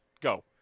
go